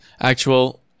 actual